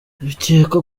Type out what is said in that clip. bikekwa